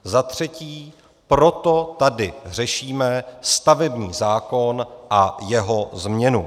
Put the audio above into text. Za třetí, proto tady řešíme stavební zákon a jeho změnu.